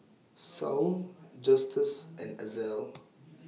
Saul Justus and Ezell